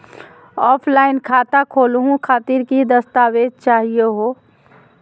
Offline खाता खोलहु खातिर की की दस्तावेज चाहीयो हो?